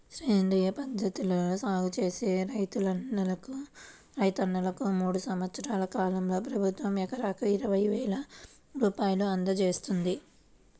సేంద్రియ పద్ధతిలో సాగు చేసే రైతన్నలకు మూడు సంవత్సరాల కాలంలో ప్రభుత్వం ఎకరాకు ఇరవై వేల రూపాయలు అందజేత్తంది